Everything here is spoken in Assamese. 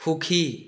সুখী